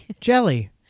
Jelly